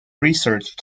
research